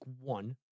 one